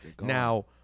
Now